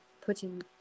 putting